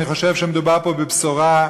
אני חושב שמדובר פה בבשורה.